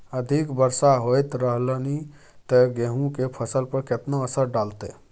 अधिक वर्षा होयत रहलनि ते गेहूँ के फसल पर केतना असर डालतै?